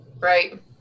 Right